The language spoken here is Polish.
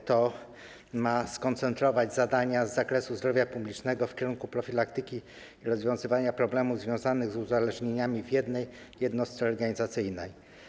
Ma to na celu skoncentrowanie zadań z zakresu zdrowia publicznego w kierunku profilaktyki i rozwiązywania problemów związanych z uzależnieniami w jednej jednostce organizacyjnej.